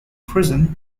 prison